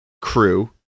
crew